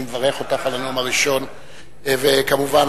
כמובן,